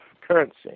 currency